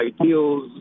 ideals